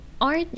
Art